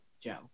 Joe